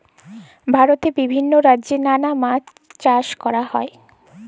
ভারতে বিভিল্য রাজ্যে লালা মাছ চাষ ক্যরা হ্যয়